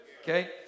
Okay